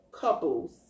couples